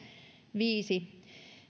viisi